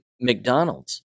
McDonald's